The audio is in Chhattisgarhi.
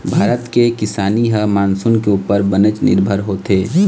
भारत के किसानी ह मानसून के उप्पर बनेच निरभर होथे